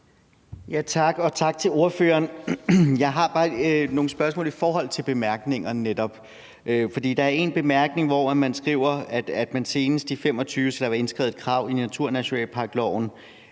tak til ordføreren. Jeg har bare nogle spørgsmål i forhold til netop bemærkningerne. Der er en bemærkning, hvor man skriver, at der senest i 2025 skal være indskrevet et krav i naturnationalparkloven